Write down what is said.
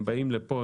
הם באים לפה,